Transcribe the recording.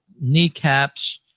kneecaps